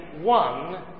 one